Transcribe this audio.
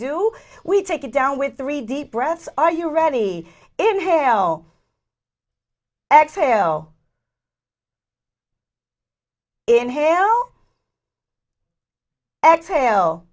do we take it down with three deep breaths are you ready inhale exhale inhale exhale